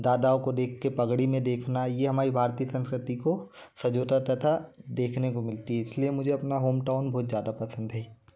दादाओं को देख के पगड़ी में देखना ये हमारी भारतीय संस्कृति को संजोता तथा देखने को मिलती है इसलिए मुझे अपना होमटाउन बहुत ज़्यादा पसंद है